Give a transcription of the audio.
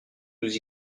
nous